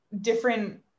different